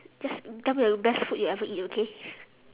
just tell me the best food you ever eat okay